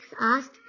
asked